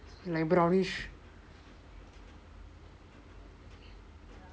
like brownish